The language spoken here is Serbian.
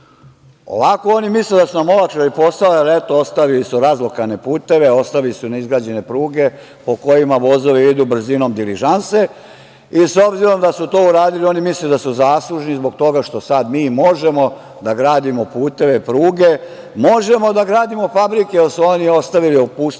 Ovako misle da su nam olakšali posao, jer eto ostavili su razlokane puteve, ostale su neizgrađene pruge po kojima vozovi idu brzinom diližanse. S obzirom da su to uradili, oni misle da su zaslužni zbog toga što sada mi možemo da gradimo puteve, pruge, možemo da gradimo fabrike, jer su ostavili opustošene